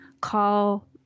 call